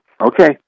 Okay